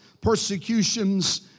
persecutions